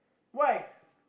why